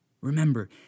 Remember